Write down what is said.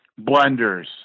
blenders